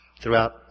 throughout